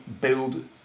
build